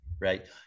Right